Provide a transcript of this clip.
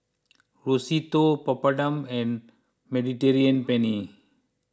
Risotto Papadum and Mediterranean Penne